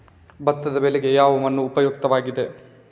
ಭತ್ತದ ಬೆಳೆಗೆ ಯಾವ ಮಣ್ಣು ಉಪಯುಕ್ತವಾಗಿದೆ?